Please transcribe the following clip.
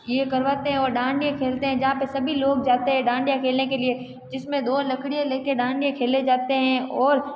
ये करवाते हैं और डांडिया खेलते हैं जहाँ पे सभी लोग जाते है डांडिया खेलने के लिए जिसमें दो लकड़ियाँ लेके डांडिया खेले जाते हैं और